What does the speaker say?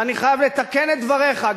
ואני חייב לתקן את דבריך,